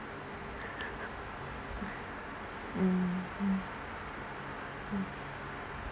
mm